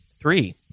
Three